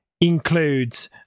includes